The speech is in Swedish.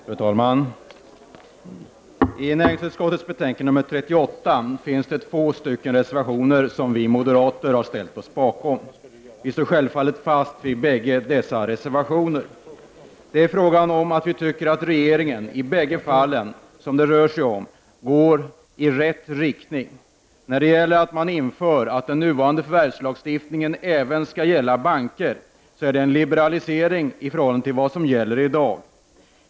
Fru talman! I näringsutskottets betänkande nr 38 finns det två reservationer som vi moderater har ställt oss bakom. Vi står självfallet fast vid dessa bägge reservationer. I bägge fallen tycker vi att regeringen går i rätt riktning. När man inför att den nuvarande förvärvslagstiftningen även skall gälla banker så är det en liberalisering i förhållande till vad som gäller i dag.